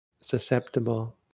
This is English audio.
susceptible